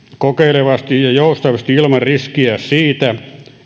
kokeilevasti ja joustavasti ilman riskiä siitä